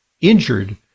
injured